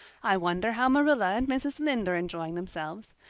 i wonder how marilla and mrs. lynde are enjoying themselves.